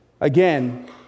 again